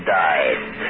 died